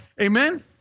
Amen